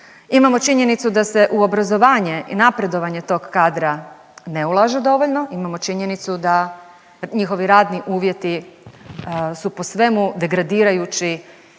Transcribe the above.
Imamo činjenicu da se u obrazovanje i napredovanje tog kadra ne ulaže dovoljno. Imamo činjenicu da njihovi radni uvjeti su po svemu degradirajući